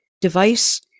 device